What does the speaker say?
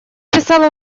писала